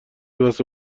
واسه